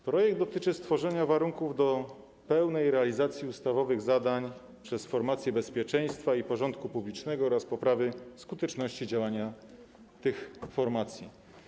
Projekt dotyczy stworzenia warunków do pełnej realizacji ustawowych zadań przez formacje bezpieczeństwa i porządku publicznego oraz poprawy skuteczności działania tych formacji.